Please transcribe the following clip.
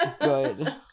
Good